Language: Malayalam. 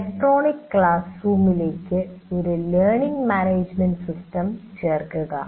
ഇലക്ട്രോണിക് ക്ലാസ് റൂമിലേക്ക് ഒരു ലേണിങ് മാനേജ്മെൻറ് സിസ്റ്റം ചേർക്കുക